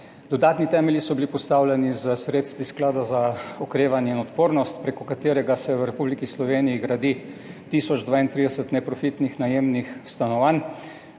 Dodatni temelji so bili postavljeni s sredstvi Sklada za okrevanje in odpornost, preko katerega se v Republiki Sloveniji gradi tisoč 32 neprofitnih najemnih stanovanj